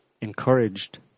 encouraged